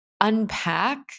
unpack